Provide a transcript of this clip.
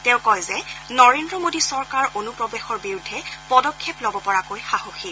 তেওঁ কয় যে নৰেন্দ্ৰ মোদী চৰকাৰ অনুপ্ৰৱেশৰ বিৰুদ্ধে পদক্ষেপ লব পৰাকৈ সাহসী